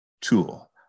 tool